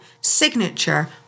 signature